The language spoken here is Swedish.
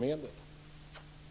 Tack!